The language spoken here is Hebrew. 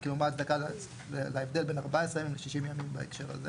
כאילו מה ההצדקה להבדל בין 14 ימים ל-60 ימים בהקשר הזה.